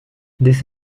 this